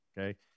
Okay